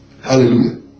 Hallelujah